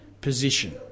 position